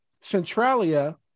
Centralia